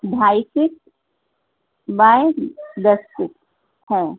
ڈھائی foot by دس foot ہے